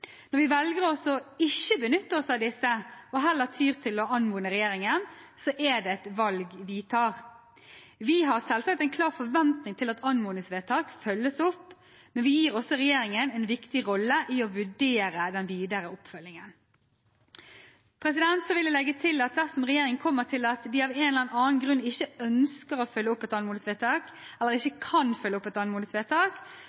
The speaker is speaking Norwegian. Når vi velger å ikke benytte oss av disse, men heller tyr til å anmode regjeringen, er det et valg vi tar. Vi har selvsagt en klar forventning til at anmodningsvedtak følges opp, men vi gir også regjeringen en viktig rolle i å vurdere den videre oppfølgingen. Jeg vil legge til at dersom regjeringen kommer til at de av en eller annen annen grunn ikke ønsker å følge opp et anmodningsvedtak, eller